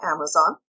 Amazon